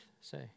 say